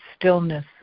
stillness